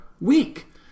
week